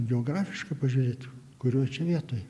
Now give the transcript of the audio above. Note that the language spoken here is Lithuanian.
geografiškai pažiūrėt kuriuo čia vietoj